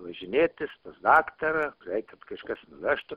važinėtis daktarą reik kad kažkas vežtų